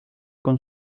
con